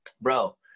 bro